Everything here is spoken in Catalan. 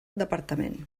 departament